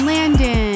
Landon